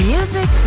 Music